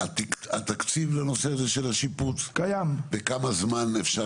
התקציב לנושא הזה של השיפוץ ובכמה זמן אפשר